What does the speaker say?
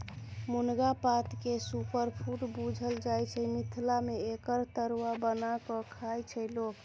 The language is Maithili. मुनगा पातकेँ सुपरफुड बुझल जाइ छै मिथिला मे एकर तरुआ बना कए खाइ छै लोक